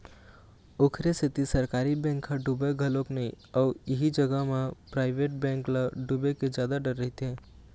ओखरे सेती सरकारी बेंक ह डुबय घलोक नइ अउ इही जगा म पराइवेट बेंक ल डुबे के जादा डर रहिथे